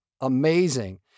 amazing